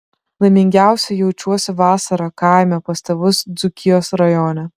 laimingiausia jaučiuosi vasarą kaime pas tėvus dzūkijos rajone